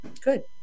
good